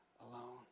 alone